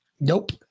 Nope